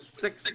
six